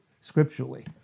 scripturally